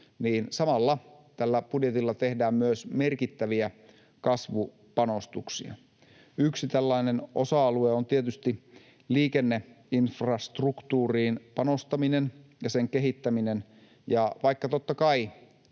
niin samalla tällä budjetilla tehdään myös merkittäviä kasvupanostuksia. Yksi tällainen osa-alue on tietysti liikenneinfrastruktuuriin panostaminen ja sen kehittäminen.